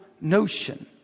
notion